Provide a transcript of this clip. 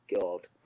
god